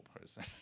person